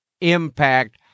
impact